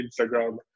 Instagram